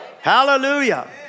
Hallelujah